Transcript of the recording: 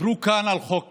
דיברו כאן על חוק קמיניץ.